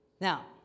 Now